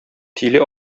тиле